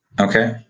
Okay